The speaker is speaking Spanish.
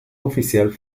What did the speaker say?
oficial